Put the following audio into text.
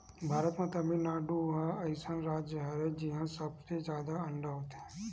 भारत म तमिलनाडु ह अइसन राज हरय जिंहा सबले जादा अंडा होथे